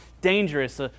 dangerous